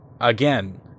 again